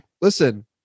listen